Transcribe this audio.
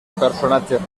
personatges